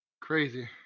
Crazy